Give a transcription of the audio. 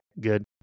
Good